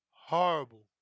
Horrible